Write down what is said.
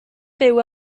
fyw